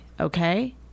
okay